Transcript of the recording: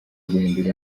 guhindura